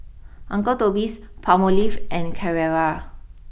Uncle Toby's Palmolive and Carrera